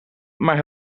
maar